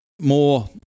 more